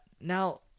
Now